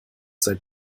seit